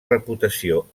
reputació